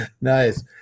Nice